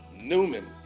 Newman